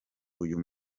uyu